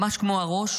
ממש כמו הראש,